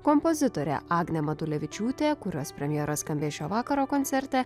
kompozitorė agnė matulevičiūtė kurios premjera skambės šio vakaro koncerte